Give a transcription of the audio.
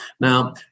Now